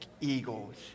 eagles